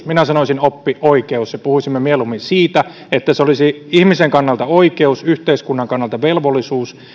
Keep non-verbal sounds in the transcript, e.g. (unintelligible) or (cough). (unintelligible) minä sanoisin oppioi keus puhuisimme mieluummin siitä että se olisi ihmisen kannalta oikeus yhteiskunnan kannalta velvollisuus